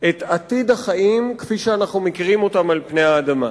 את עתיד החיים כפי שאנחנו מכירים אותם על פני האדמה.